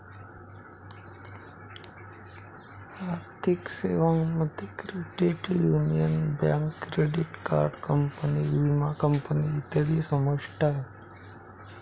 आर्थिक सेवांमध्ये credit union, bank, credit card company, विमा कंपनी इत्यादी समाविष्ट आहे